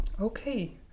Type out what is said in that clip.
okay